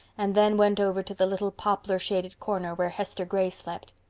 and then went over to the little poplar shaded corner where hester gray slept.